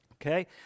Okay